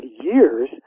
years